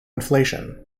inflation